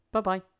Bye-bye